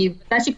אני רוצה להעיר.